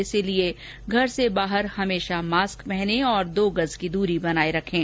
इसीलिए घर से बाहर हमेशा मास्क पहने और दो गज की दूरी बनाए रखें